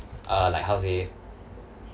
uh like how to say